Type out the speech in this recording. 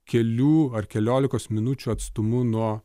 kelių ar keliolikos minučių atstumu nuo